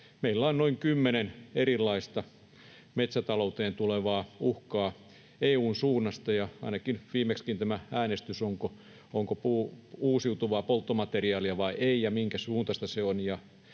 meillä on noin kymmenen erilaista metsätalouteen tulevaa uhkaa EU:n suunnasta. Ja ainakin viimeksi kun oli tämä äänestys siitä, onko puu uusiutuvaa polttomateriaalia vai ei ja minkä suuntaista se on,